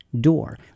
door